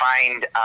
find